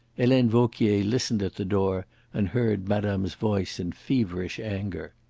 helene vauquier listened at the door and heard madame's voice in feverish anger.